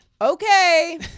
Okay